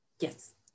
Yes